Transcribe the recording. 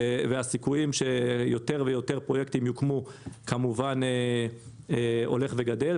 והסיכויים שיותר ויותר פרויקטים יוקמו הולך וגדל,